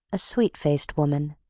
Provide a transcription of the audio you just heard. a sweet-faced woman,